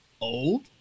old